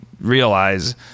realize